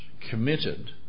committed